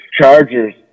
Chargers